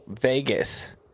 Vegas